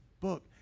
book